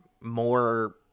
more